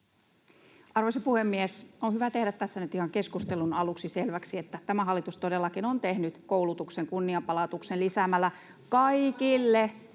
Arvoisa puhemies! On hyvä tehdä tässä nyt ihan keskustelun aluksi selväksi, että tämä hallitus todellakin on tehnyt koulutuksen kunnianpalautuksen lisäämällä kaikille